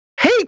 Hey